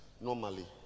normally